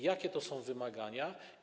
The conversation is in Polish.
Jakie to są wymagania?